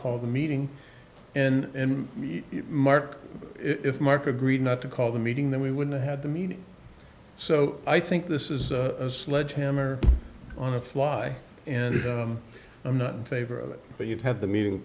call the meeting and mark if mark agreed not to call the meeting then we wouldn't have the meeting so i think this is a sledgehammer on the fly and i'm not in favor of it but you've had the meeting